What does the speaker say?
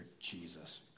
Jesus